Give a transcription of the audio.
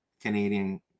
Canadian